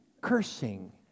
cursing